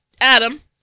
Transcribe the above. Adam